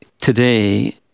today